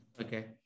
Okay